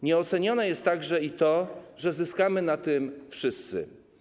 Nieocenione jest także to, że zyskamy na tym wszyscy.